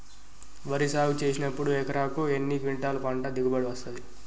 వరి సాగు చేసినప్పుడు ఎకరాకు ఎన్ని క్వింటాలు పంట దిగుబడి వస్తది?